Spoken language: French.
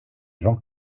jean